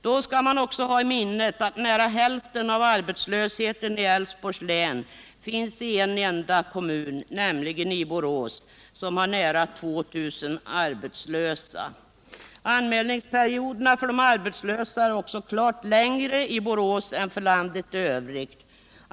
Då skall man ha i minnet att nära hälften av arbetslösheten i Älvsborgs län finns i en enda kommun, nämligen i Borås, som har nära 2 000 arbetslösa. Anmälningsperioderna för de arbetslösa är också klart längre i Borås än för landet i övrigt.